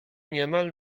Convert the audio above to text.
niemal